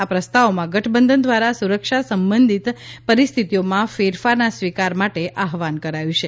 આ પ્રસ્તાવોમાં ગઠબંધન દ્વારા સુરક્ષા સંબંધિત પરિસ્થિતિઓમાં ફેરફારના સ્વીકાર માટે આહવાન કરાયું છે